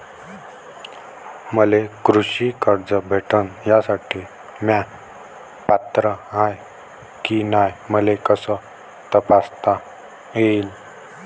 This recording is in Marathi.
मले कृषी कर्ज भेटन यासाठी म्या पात्र हाय की नाय मले कस तपासता येईन?